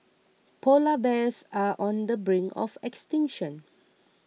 Polar Bears are on the brink of extinction